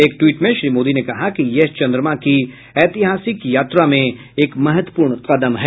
एक ट्वीट में श्री मोदी ने कहा कि यह चन्द्रमा की एतिहासिक यात्रा में एक महत्वपूर्ण कदम है